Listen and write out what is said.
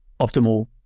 optimal